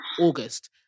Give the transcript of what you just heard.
August